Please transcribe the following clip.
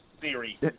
theory